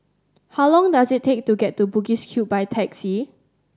how long does it take to get to Bugis Cube by taxi